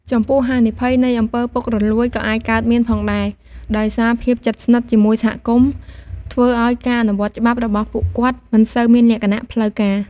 ចំពោះហានិភ័យនៃអំពើពុករលួយក៏អាចកើតមានផងដែរ ដោយសារភាពជិតស្និទ្ធជាមួយសហគមន៍ ធ្វើឲ្យការអនុវត្តច្បាប់របស់ពួកគាត់មិនសូវមានលក្ខណៈផ្លូវការ។